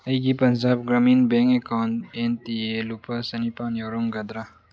ꯑꯩꯒꯤ Punjab Gramin bank account N T A ꯂꯨꯄꯥ ꯆꯅꯤꯄꯥꯜ ꯌꯥꯎꯔꯝꯒꯗ꯭ꯔ